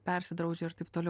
persidraudžia ir taip toliau